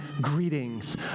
Greetings